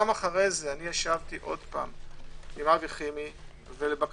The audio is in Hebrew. גם אחרי זה ישבתי שוב עם אבי חימי ולבקשתו,